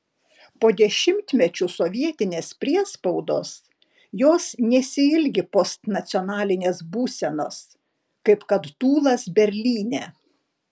po dešimtmečių sovietinės priespaudos jos nesiilgi postnacionalinės būsenos kaip kad tūlas berlyne